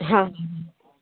हाँ हाँ